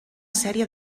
sèrie